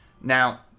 Now